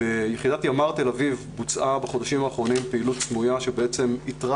ביחידת ימ"ר תל אביב בוצעה בחודשים האחרונים פעילות סמויה שבעצם איתרה